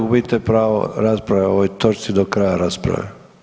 Gubite pravo rasprave o ovoj točci do kraja rasprave.